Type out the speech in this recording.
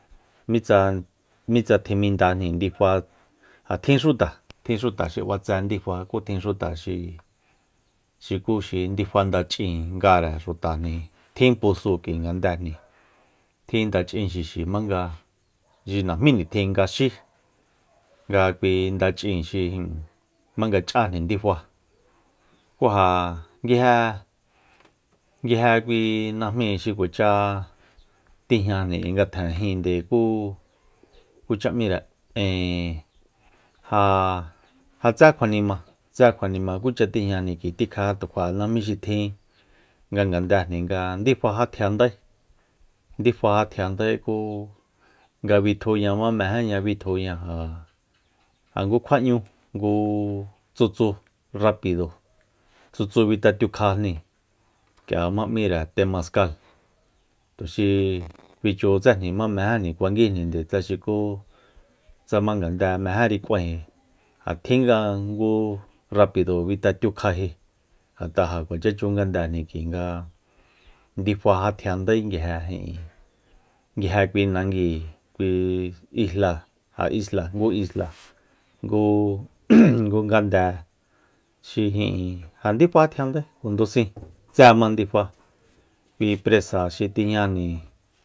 Mitsa- mitsa tjimindajni difa ja tjin xuta tjin xuta xi b'atse ndifa ku tjin xuta xi- xiku ndifa ndach'íin ngare xutajni tjin pusúu k'ui ngandejni tjin ndach'in xixi jmanga najmí nitjin nga xí nga kui ndach'in xi jmanga ch'ajni ndifa ku ja nguije- nguje kui najmi xi kuacha tijñajni k'ui ngatjen jíinde ku kucha m'íre ijin jaa ja tse kjua nima tse kjuanima kucha tijñajni tikja tu kjua'e najmí xi tjin nga ngandejni ndifa jatjiandae ndifa jatjiandae kú nga bitjiña jma mejéña bitjuña ja- ja ngu kjua'ñu ngu tsutsu rapido tsutsu batjatiukjajni k'ia jma m'íre temasca tuxi fichutséjni jma mejéjni kuanguijni tsa xukú tsa jma ngande mejéri k'uaen ja tjin nga ngu rapido bitjatiukjaji ngat'a ja kuacha chun nganéjni k'ui nga ndifa jatjiandae nguije ijin nguije kui nanguíi kui isla ja isla ngu isla ngu ngande xi ijin ja ndifa jatjiandae kja ndusi tséma ndifa kui presa xi tijñajni